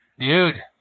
dude